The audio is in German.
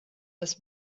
das